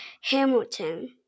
Hamilton